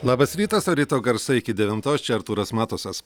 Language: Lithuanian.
labas rytas o ryto garsai iki devintos čia artūras matusas